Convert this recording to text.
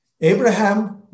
Abraham